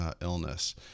illness